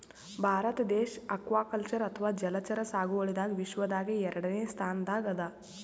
ಭಾರತ ದೇಶ್ ಅಕ್ವಾಕಲ್ಚರ್ ಅಥವಾ ಜಲಚರ ಸಾಗುವಳಿದಾಗ್ ವಿಶ್ವದಾಗೆ ಎರಡನೇ ಸ್ತಾನ್ದಾಗ್ ಅದಾ